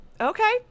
okay